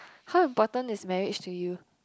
how important is marriage to you